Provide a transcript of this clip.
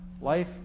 Life